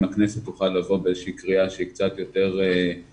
אם הכנסת תוכל לבוא באיזושהי קריאה שהיא קצת יותר משמעותית,